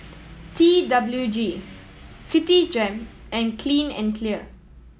T W G Citigem and Clean and Clear